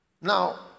Now